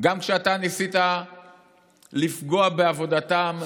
גם כשאתה ניסית לפגוע בעבודתם,